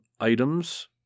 items